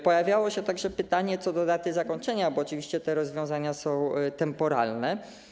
Pojawiało się także pytanie co do daty zakończenia, bo oczywiście te rozwiązania są temporalne.